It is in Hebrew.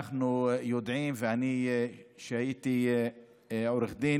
אנחנו יודעים, ואני, כשהייתי עורך דין